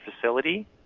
facility